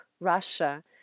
Russia